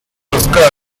rozkazy